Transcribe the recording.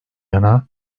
yana